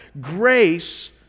grace